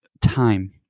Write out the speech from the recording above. time